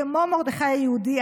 כמו מרדכי היהודי,